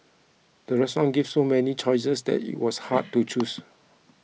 the restaurant gave so many choices that it was hard to choose